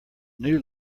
new